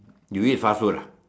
you eat fast food ah